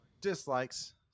dislikes